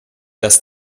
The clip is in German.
dass